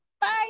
bye